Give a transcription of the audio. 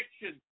addiction